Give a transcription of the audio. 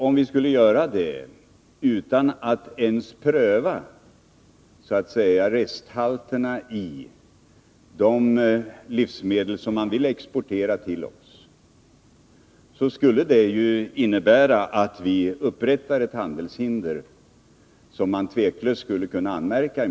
Om vi skulle göra det utan att ens pröva resthalterna i de livsmedel som man vill exportera till oss, skulle det innebära att vi upprättar ett handelshinder som man tveklöst skulle kunna anmärka på.